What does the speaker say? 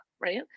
right